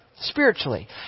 Spiritually